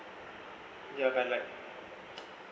ya but like